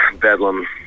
bedlam